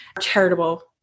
charitable